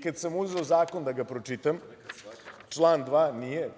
Kada sam uzeo zakon da ga pročitam, član 2.